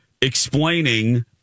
explaining